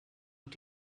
und